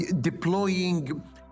deploying